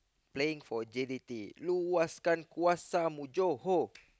playing for J D T luaskan kuasamu Johor